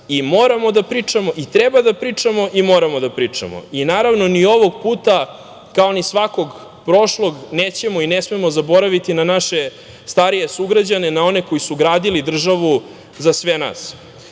i moramo da pričamo, i treba da pričamo, i moramo da pričamo. Naravno, ni ovog puta, kao ni svakog prošlog, nećemo i ne smemo zaboraviti na naše starije sugrađane, na one koji su gradili državu za sve nas.